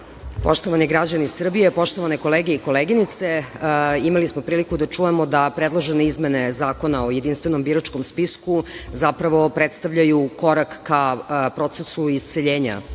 Poštovani građani Srbije, poštovane kolege i koleginice, imali smo priliku da čujemo da predložene izmene Zakona o jedinstvenom biračkom spisku zapravo predstavljaju korak ka procesu isceljenja